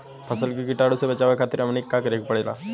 फसल के कीटाणु से बचावे खातिर हमनी के का करे के पड़ेला?